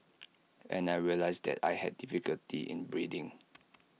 and I realised that I had difficulty in breathing